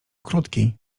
krótki